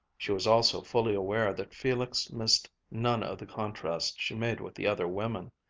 she was also fully aware that felix missed none of the contrast she made with the other women.